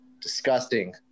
disgusting